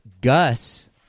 Gus